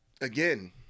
again